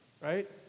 right